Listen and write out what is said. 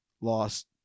lost